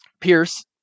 Pierce